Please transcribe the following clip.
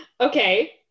Okay